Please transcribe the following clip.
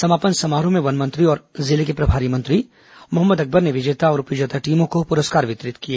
समापन समारोह में वन मंत्री और जिले के प्रभारी मोहम्मद अकबर ने विजेता और उप विजेता टीमों को पुरस्कार वितरित किए